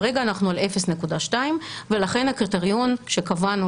כרגע אנחנו על 0.2 ולכן הקריטריון שקבענו